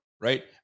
right